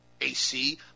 AC